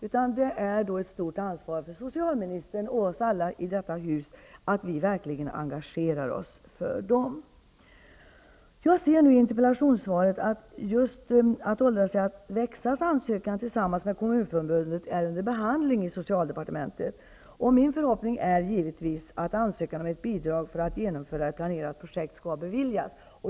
Socialministern och vi alla här i huset har ett stort ansvar att verkligen engagera oss för dem. Jag ser av interpellationssvaret att ansökan från Att åldras är att växa och Kommunförbundet är under behandling i socialdepartementet. Min förhoppning är givetvis att ansökan om ett bidrag för att genomföra ett planerat projekt skall beviljas.